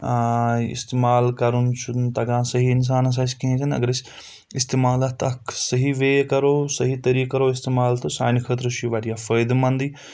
اِستعمال کَرُن چھُنہٕ تَگان صحیح اِنسانَس آسہِ کہیٖنۍ تہِ نہٕ اگر أسۍ اِستعمال اکھ صَحیح وَے کَرَو صَحیح طٔریٖقہٕ کرو اِستعمال تہٕ سانہِ خٲطرٕ چھُ واریاہ فٲیدٕ منٛدٕے